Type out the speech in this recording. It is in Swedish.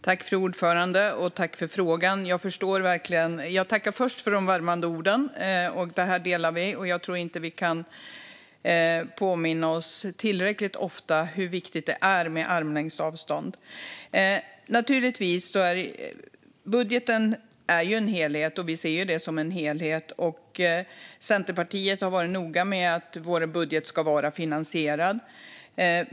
Fru talman! Tack, Amanda Lind, för frågan! Jag förstår verkligen. Jag tackar först för de värmande orden. Vi delar denna syn, och jag tror inte att vi kan påminna oss tillräckligt ofta om hur viktigt det är med armlängds avstånd. Budgeten är naturligtvis en helhet, och vi ser den som en helhet. Centerpartiet har varit noga med att vår budget ska vara finansierad.